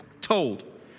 told